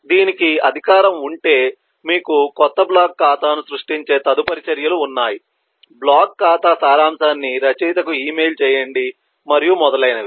దీనికి అధికారం ఉంటే మీకు క్రొత్త బ్లాగ్ ఖాతాను సృష్టించే తదుపరి చర్యలు ఉన్నాయి బ్లాగ్ ఖాతా సారాంశాన్ని రచయితకు ఇమెయిల్ చేయండి మరియు మొదలైనవి